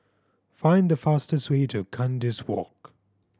find the fastest way to Kandis Walk